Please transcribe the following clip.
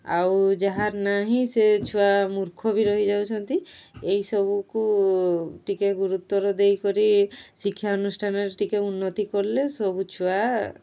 ଆଉ ଯାହାର ନାହିଁ ସେ ଛୁଆ ମୂର୍ଖ ବି ରହିଯାଉଛନ୍ତି ଏହିସବୁକୁ ଟିକିଏ ଗୁରୁତ୍ୱର ଦେଇକରି ଶିକ୍ଷାନୁଷ୍ଠାନରେ ଟିକିଏ ଉନ୍ନତି କଲେ ସବୁ ଛୁଆ